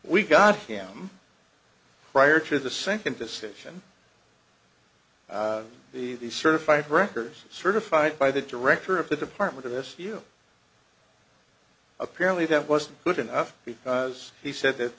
we got him prior to the second decision the the certified records certified by the director of the department of this you apparently that wasn't good enough because he said that